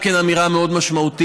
גם כן אמירה מאוד משמעותית,